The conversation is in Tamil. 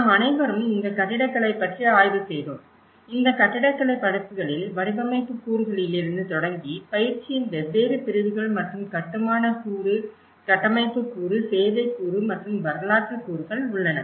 நாம் அனைவரும் இந்த கட்டிடக்கலை பற்றி ஆய்வு செய்தோம் இந்த கட்டடக்கலை படிப்புகளில் வடிவமைப்பு கூறுகளிலிருந்து தொடங்கி பயிற்சியின் வெவ்வேறு பிரிவுகள் மற்றும் கட்டுமான கூறு கட்டமைப்பு கூறு சேவை கூறு மற்றும் வரலாற்று கூறுகள் உள்ளன